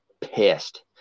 pissed